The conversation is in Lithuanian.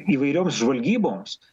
įvairioms žvalgyboms